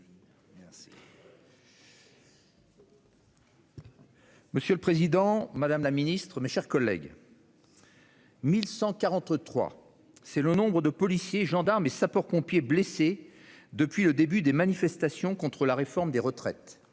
Monsieur le président, madame la secrétaire d'État, mes chers collègues, 1 143 : c'est le nombre de policiers, gendarmes et sapeurs-pompiers blessés depuis le début des manifestations contre la réforme des retraites.